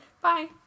Bye